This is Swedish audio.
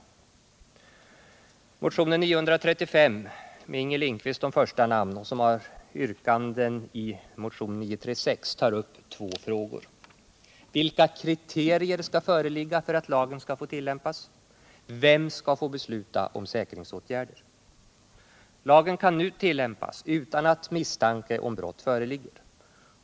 Motionen 1976 77:936, tar upp två frågor: Vilka kriterier skall föreligga för att lagen skall få tillämpas? Vem skall få besluta om säkringsåtgärder? Lagen kan nu tillämpas utan att misstanke om brott föreligger.